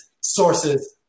sources